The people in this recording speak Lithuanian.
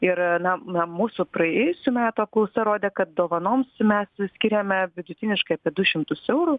ir na na mūsų praėjusių metų apklausa rodė kad dovanoms mes skiriame vidutiniškai apie du šimtus eurų